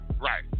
Right